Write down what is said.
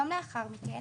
יום לאחר מכן,